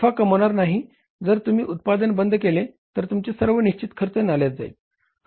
नफा कमावणार नाही जर तुम्ही उत्पादन बंद केले तर तुमचे सर्व निश्चित खर्च नाल्यात जाईल